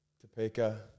Topeka